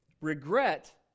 regret